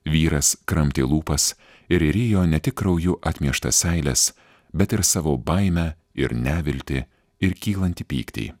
vyras kramtė lūpas ir rijo ne tik krauju atmieštas seiles bet ir savo baimę ir neviltį ir kylantį pyktį